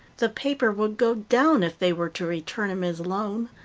the paper would go down if they were to return him his loan.